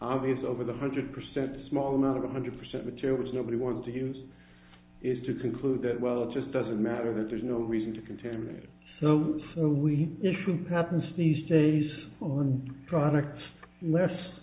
obvious over the hundred percent small amount of one hundred percent materials nobody want to use is to conclude that well it just doesn't matter that there's no reason to contaminate it so soon we should happens these days on product less